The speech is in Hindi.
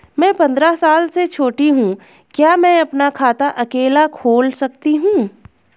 मैं पंद्रह साल से छोटी हूँ क्या मैं अपना खाता अकेला खोल सकती हूँ?